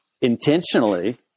intentionally